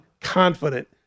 confident